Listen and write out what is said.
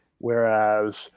whereas